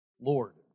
Lord